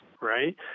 right